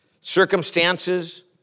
circumstances